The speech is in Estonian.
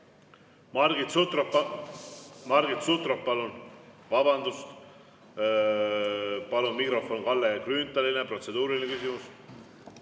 Margit Sutrop, palun! Vabandust! Palun mikrofon Kalle Grünthalile! Protseduuriline küsimus.